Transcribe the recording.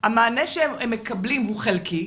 המענה שהם מקבלים הוא חלקי.